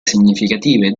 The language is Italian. significative